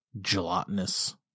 gelatinous